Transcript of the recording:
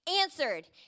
answered